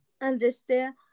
understand